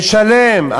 הוא משלם, משלם.